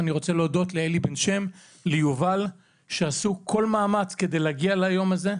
אני רוצה להודות לאלי בן שם וליובל שעשו כל מאמץ כדי להגיע ליום הזה,